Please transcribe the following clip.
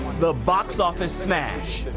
the box office smash.